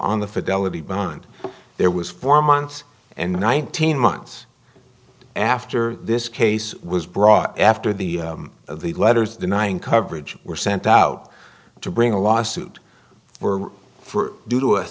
fidelity behind there was four months and nineteen months after this case was brought after the of the letters denying coverage were sent out to bring a lawsuit were for due to a